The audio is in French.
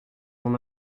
mon